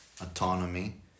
autonomy